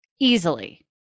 Easily